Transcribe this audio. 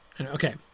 Okay